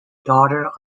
daughter